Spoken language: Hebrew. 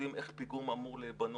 יודעים איך פיגום אמור להיבנות,